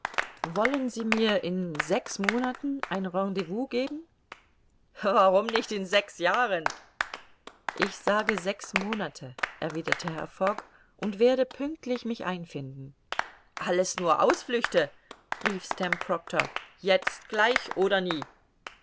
wollen sie mir in sechs monaten ein rendezvous geben warum nicht in sechs jahren ich sage sechs monate erwiderte herr fogg und werde pünktlich mich einfinden alles nur ausflüchte rief stamp proctor jetzt gleich oder nie